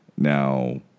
Now